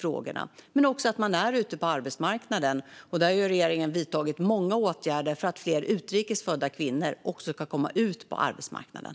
Det är också viktigt att vara ute på arbetsmarknaden, och här har regeringen vidtagit många åtgärder för att fler utrikes födda kvinnor ska komma ut på arbetsmarknaden.